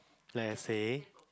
like I say